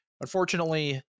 Unfortunately